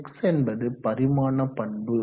X என்பது பரிமாண பண்பு